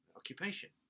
occupation